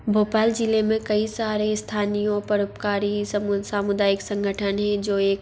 भोपाल ज़िले में कई सारे स्थानीय और परोपकारी सामु सामुदायिक संगठन हैं जो एक